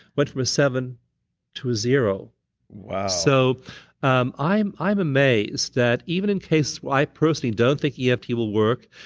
went from a seven to a zero wow so um i'm i'm amazed that, even in cases where i personally don't think yeah eft will work,